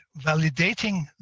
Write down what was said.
validating